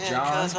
John